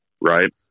Right